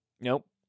Nope